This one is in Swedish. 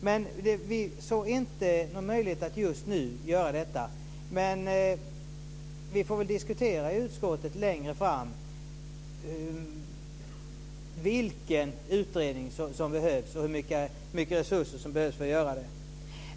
Vi såg inte någon möjlighet att göra detta just nu, men vi får väl diskutera längre fram i utskottet vilken utredning som behövs och hur mycket resurser som behövs för att genomföra den.